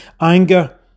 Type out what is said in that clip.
anger